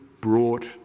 brought